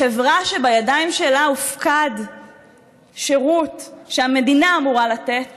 חברה שבידיים שלה הופקד שירות שהמדינה אמורה לתת